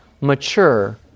mature